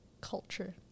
Culture